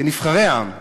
כנבחרי העם,